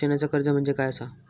शिक्षणाचा कर्ज म्हणजे काय असा?